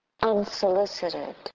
unsolicited